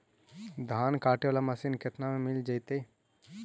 धान काटे वाला मशीन केतना में मिल जैतै?